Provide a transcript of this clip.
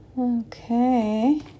okay